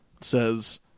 says